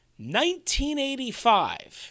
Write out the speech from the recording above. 1985